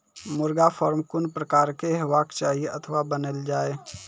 मुर्गा फार्म कून प्रकारक हेवाक चाही अथवा बनेल जाये?